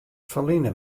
ferline